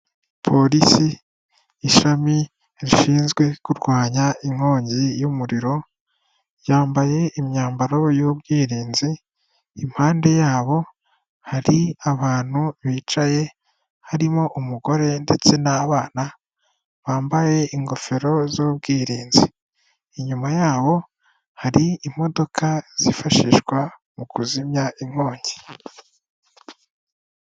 Polisi ishami rishinzwe kurwanya inkongi y'umuriro, yambaye imyambaro y'ubwirinzi, impande yabo hari abantu bicaye, harimo umugore ndetse n'abana, bambaye ingofero z'ubwirinzi. Inyuma yabo hari imodoka zifashishwa mu kuzimya inkongi.